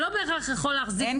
שלא בהכרח יכול להחזיק נשק.